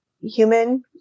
human